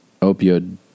opioid